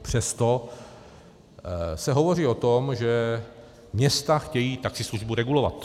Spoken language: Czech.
Přesto se hovoří o tom, že města chtějí taxislužbu regulovat.